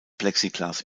plexiglas